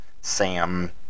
SAM